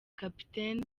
capt